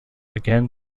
again